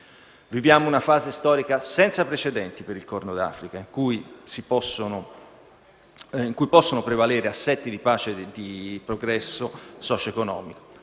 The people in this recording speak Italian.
Viviamo una fase storica senza precedenti per il Corno d'Africa, in cui possono prevalere assetti di pace e progresso socio-economico.